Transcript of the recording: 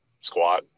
squat